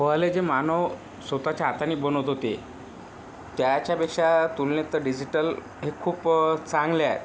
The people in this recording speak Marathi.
पहिले जे मानव स्वतःच्या हाताने बनवत होते त्याच्यापेक्षा तुलनेत तर डिजिटल हे खूप चांगले आहे